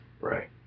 Right